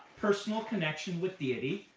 personal connection with deity,